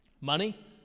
money